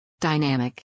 Dynamic